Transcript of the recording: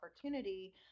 opportunity